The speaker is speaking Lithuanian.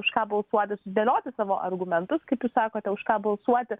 už ką balsuoti sudėlioti savo argumentus kaip jūs sakote už ką balsuoti